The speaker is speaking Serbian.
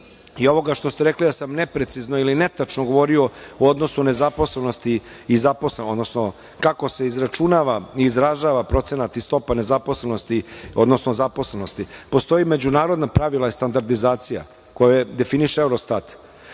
i ovoga što ste rekli da sam neprecizno ili netačno govorio o odnosu nezaposlenosti, odnosno kako se izračunava i izražava procenat i stopa nezaposlenosti, odnosno zaposlenosti, postoje međunarodna pravila i standardizacija koju definiše Eurostat.